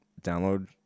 download